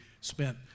spent